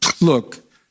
look